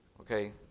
okay